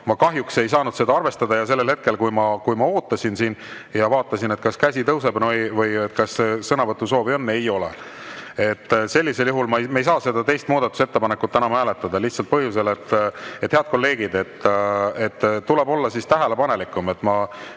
ma kahjuks ei saa seda [palvet] arvestada. Ja sellel hetkel, kui ma ootasin ja vaatasin, kas käsi tõuseb või kas sõnavõtusoovi on, seda ei olnud. Sellisel juhul me ei saa teist muudatusettepanekut enam hääletada sel lihtsal põhjusel. Head kolleegid, tuleb olla tähelepanelikum.